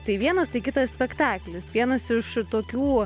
tai vienas tai kitas spektaklis vienas iš tokių